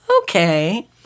Okay